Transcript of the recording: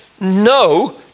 no